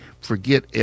Forget